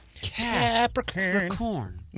Capricorn